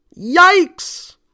yikes